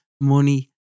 money